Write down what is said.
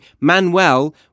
Manuel